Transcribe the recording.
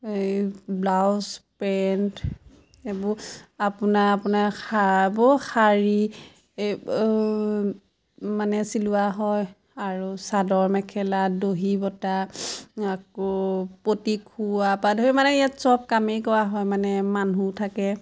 এই blouse pant এইবোৰ আপোনা আপোনাৰ শাৰী মানে চিলোৱা হয় আৰু চাদৰ মেখেলা দহী বতা আকৌ পতি খুওৱা পা ধৰি মানে ইয়াত চব কামেই কৰা হয় মানে মানুহ থাকে